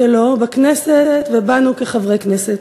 שלו בכנסת ובנו כחברי הכנסת.